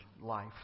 life